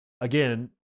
again